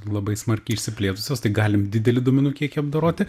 labai smarkiai išsiplėtusios tai galim didelį duomenų kiekį apdoroti